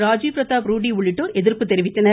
ராஜீவ் பிரதாப் ரூடி உள்ளிட்டோர் எதிர்ப்பு தெரிவித்தனர்